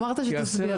נכון, אמרת שתסביר.